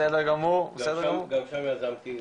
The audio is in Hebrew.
גם שם יזמתי.